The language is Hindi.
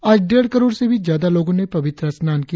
आज डेढ़ करोड़ से भी ज्यादा लोगों ने पवित्र स्नान किया